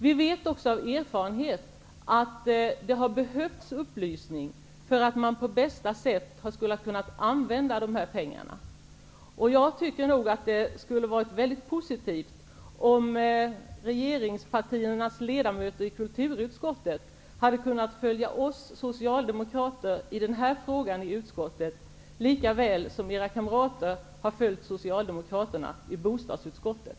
Vi vet också av erfarenhet att det har behövts upplysning för att man på bästa sätt skulle kunna använda dessa pengar. Jag tycker nog att det hade varit mycket positivt om regeringspartiernas ledamöter i kulturutskottet hade kunnat följa oss socialdemokrater i denna fråga i utskottet lika väl som deras kamrater har följt socialdemokraterna i bostadsutskottet.